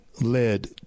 led